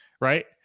Right